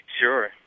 Sure